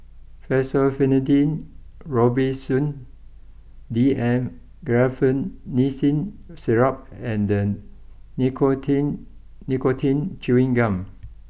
Fexofenadine Robitussin D M Guaiphenesin Syrup and then Nicotine Nicotine Chewing Gum